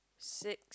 six